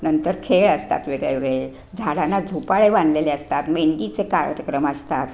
नंतर खेळ असतात वेगळ्या वेगळे झाडांना झोपाळे बांधलेले असतात मेहंदीचे कार्यक्रम असतात